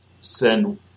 send